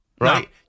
Right